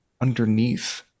underneath